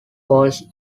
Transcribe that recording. calls